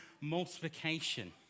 multiplication